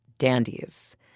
Dandies